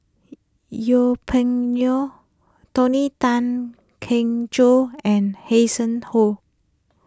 Yeng Pway Ngon Tony Tan Keng Joo and Hanson Ho